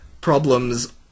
problems